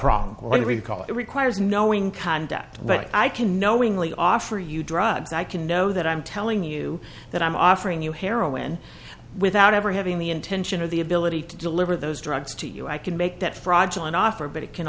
it requires knowing conduct but i can knowingly offer you drugs i can know that i'm telling you that i'm offering you heroin without ever having the intention of the ability to deliver those drugs to you i can make that fraudulent offer but it can